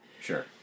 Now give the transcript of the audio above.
Sure